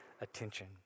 attention